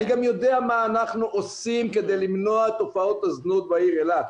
אני גם יודע מה אנחנו עושים כדי למנוע את תופעות הזנות בעיר אילת.